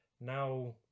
now